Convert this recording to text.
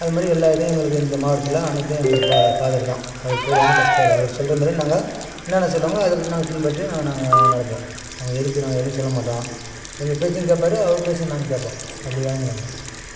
அதுமாரி எல்லா இதையும் எங்களுக்கு இந்த மாவட்டத்தில் அனைத்தும் எங்களுக்கு ஃபாதர் தான் அவர் பேர் வந்து கஸ்பர் அவர் சொல்கிற மாதிரி நாங்கள் என்னென்ன சொல்கிறாங்களோ அதை பற்றி நாங்கள் பின்பற்றி நாங்கள் நாங்கள் நடப்போம் அவங்க எதுர்த்து நாங்கள் எதுவும் சொல்ல மாட்டோம் எங்கள் பேச்சையும் கேப்பார் அவர் பேச்சையும் நாங்கள் கேட்போம் அப்படி வாழ்ந்துன்னு இருக்கிறோம்